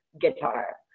guitar